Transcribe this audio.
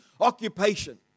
occupation